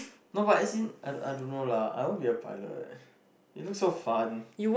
no but as in I don't I don't know lah I want to be a pilot it looks so fun